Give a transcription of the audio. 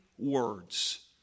words